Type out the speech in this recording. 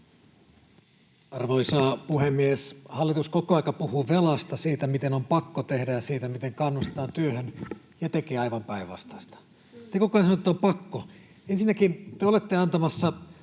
Arvoisa puhemies! Hallitus koko ajan puhuu velasta, siitä, miten on pakko tehdä, ja siitä, miten kannustetaan työhön, ja tekee aivan päinvastaista. Te koko ajan sanotte, että on pakko. Ensinnäkin te olette antamassa